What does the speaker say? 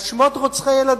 על שמות רוצחי ילדים.